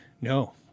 No